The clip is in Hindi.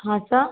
हाँ सर